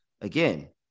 again